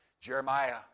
Jeremiah